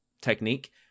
technique